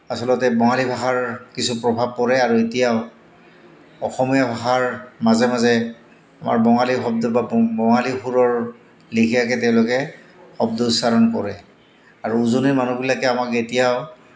আচলতে বঙালী ভাষাৰ কিছু প্ৰভাৱ পৰে আৰু এতিয়াও অসমীয়া ভাষাৰ মাজে মাজে আমাৰ বঙালী শব্দ বা বঙালী সুৰৰ লিখীয়াকে তেওঁলোকে শব্দ উচ্চাৰণ কৰে আৰু উজনিৰ মানুহবিলাকে আমাক এতিয়াও